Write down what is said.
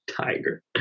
tiger